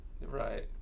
Right